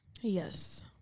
Yes